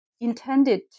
intended